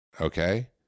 okay